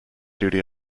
duty